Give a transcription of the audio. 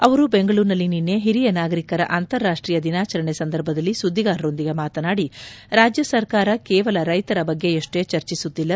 ಅವರು ಬೆಂಗಳೂರಿನಲ್ಲಿ ನಿನ್ನೆ ಹಿರಿಯ ನಾಗರಿಕರ ಅಂತಾರಾಷ್ಷೀಯ ದಿನಾಚರಣೆ ಸಂದರ್ಭದಲ್ಲಿ ಸುದ್ದಿಗಾರರೊಂದಿಗೆ ಮಾತನಾಡಿ ರಾಜ್ಯ ಸರ್ಕಾರ ಕೇವಲ ರೈತರ ಬಗ್ಗೆಯಷ್ಷೇ ಚರ್ಚಿಸುತ್ತಿಲ್ಲ